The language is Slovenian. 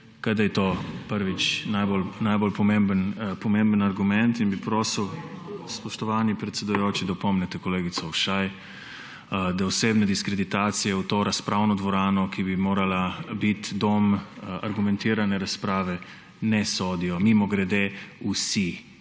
kot da je to, prvič, najbolj pomemben argument. Prosil bi, spoštovani predsedujoči, da opomnite kolegico Ušaj, da osebne diskreditacije v to razpravo dvorano, ki bi morala biti dom argumentirane razprave, ne sodijo. Mimogrede, vsi